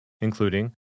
including